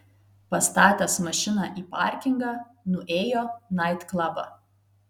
pastatęs mašiną į parkingą nuėjo naitklabą